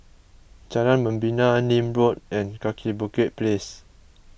Jalan Membina Nim Road and Kaki Bukit Place